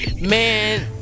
man